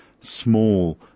small